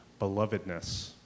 belovedness